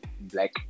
black